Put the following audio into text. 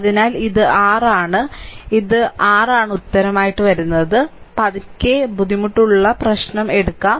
അതിനാൽ ഇത് r ആണ് ഇത് r ഉത്തരമാണ് പതുക്കെ ബുദ്ധിമുട്ടുള്ള പ്രശ്നം എടുക്കും